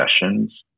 sessions